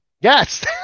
Yes